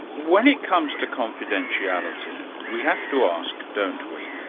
when it comes to confidentiality, we have to ask, don't we,